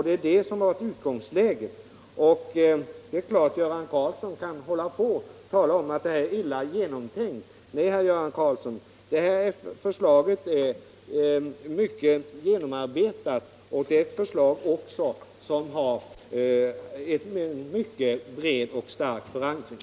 Det är klart att Göran Karlsson i Huskvarna kan tala om att förslaget är illa genomtänkt, men jag hävdar att det är synnerligen genomarbetat och att det dessutom har en mycket bred och stark förankring.